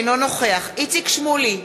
אינו נוכח איציק שמולי,